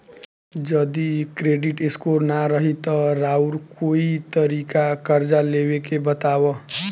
जदि credit score ना रही त आऊर कोई तरीका कर्जा लेवे के बताव?